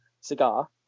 cigar